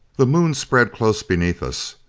the moon spread close beneath us.